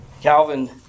Calvin